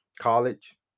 college